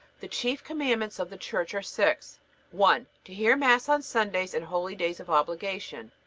the chief commandments of the church are six one. to hear mass on sundays and holydays of obligation.